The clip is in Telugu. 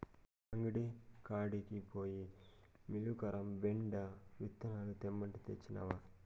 అంగడి కాడికి పోయి మీలురకం బెండ విత్తనాలు తెమ్మంటే, తెచ్చినవా